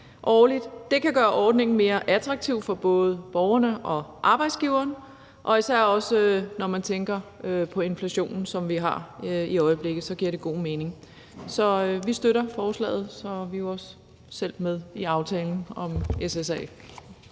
Det kan gøre ordningen mere attraktiv for både borgerne og arbejdsgiverne, og især når man tænker på den inflation, vi har i øjeblikket, giver det god mening. Så vi støtter forslaget, og vi er også selv med i aftalen om